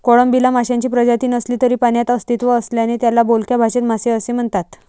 कोळंबीला माशांची प्रजाती नसली तरी पाण्यात अस्तित्व असल्याने त्याला बोलक्या भाषेत मासे असे म्हणतात